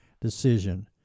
decision